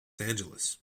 angeles